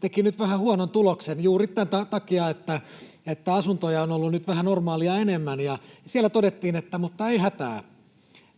teki nyt vähän huonon tuloksen juuri tämän takia, että asuntoja on ollut nyt vähän normaalia enemmän. Siellä todettiin, että ei hätää: